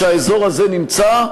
שהאזור הזה נמצא,